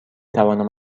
توانم